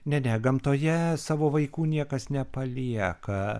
ne ne gamtoje savo vaikų niekas nepalieka